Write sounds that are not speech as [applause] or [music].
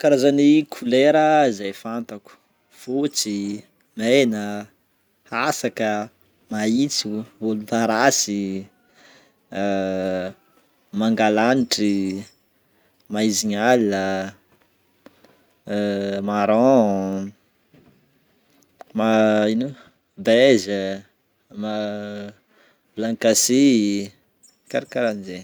Ny karazan'ny kolera izay fantako: fotsy, mena, hasaka, maitso, volomparasy, [hesitation] manga lanitry, maizigny aligna, [hesitation] marron, [hesitation] ino, beige, [hesitation] blanc cassé karahakarahan'jay.